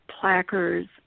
placards